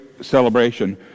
celebration